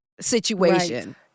situation